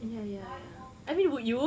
ya ya ya I mean would you